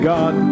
God